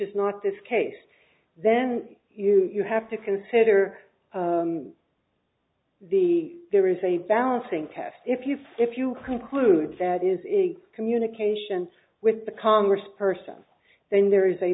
is not this case then you have to consider the there is a balancing test if you if you conclude that is a communication with the congress person then there is a